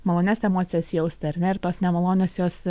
malonias emocijas jausti ar ne ir tos nemalonios jos